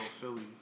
Philly